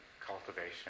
cultivation